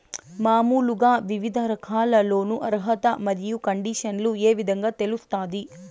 మామూలుగా వివిధ రకాల లోను అర్హత మరియు కండిషన్లు ఏ విధంగా తెలుస్తాది?